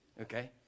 okay